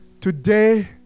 Today